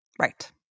Right